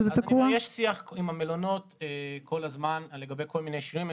מתקיים שיח מול המלונות לגבי כל מיני שינויים.